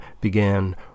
began